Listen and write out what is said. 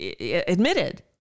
admitted